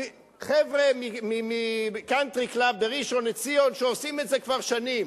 חבר'ה מ"קאנטרי קלאב" בראשון-לציון שעשו את זה כבר שנים,